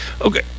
Okay